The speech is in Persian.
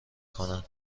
کنن